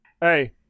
Hey